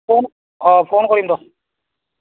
phone অঁ phone কৰিম দ'ক